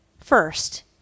first